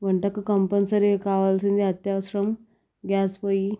వంటకు కంపల్సరిగా కావాల్సింది అత్యవసరం గ్యాస్ పొయ్యి